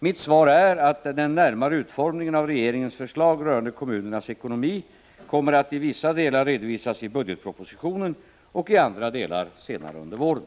Mitt svar är att den närmare utformningen av regeringens förslag rörande kommunernas ekonomi kommer att i vissa delar redovisas i budgetpropositionen och i andra delar senare under våren.